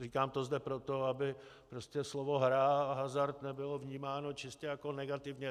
Říkám to zde proto, aby prostě slovo hra a hazard nebylo vnímáno čistě jako negativní.